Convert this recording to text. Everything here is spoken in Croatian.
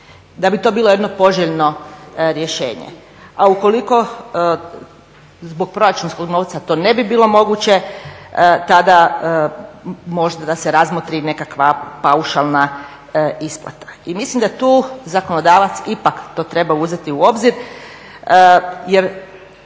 da bi to bilo jedno poželjno rješenje, a ukoliko zbog proračunskog novca to ne bi bilo moguće tada možda da se razmotri nekakva paušalna isplata. I mislim da tu zakonodavac ipak to treba uzeti u obzir, jer